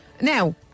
Now